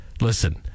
listen